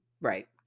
right